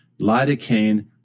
lidocaine